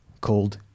called